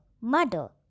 mother